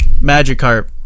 Magikarp